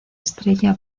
estrella